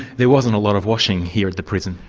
there wasn't a lot of washing here at the prison.